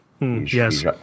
Yes